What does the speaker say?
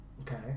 Okay